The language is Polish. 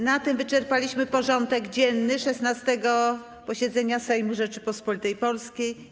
Na tym wyczerpaliśmy porządek dzienny 16. posiedzenia Sejmu Rzeczypospolitej Polskiej.